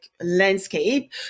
landscape